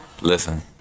Listen